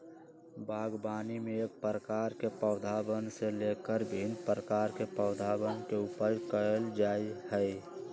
बागवानी में एक प्रकार के पौधवन से लेकर भिन्न प्रकार के पौधवन के उपज कइल जा हई